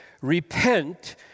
Repent